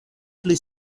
pli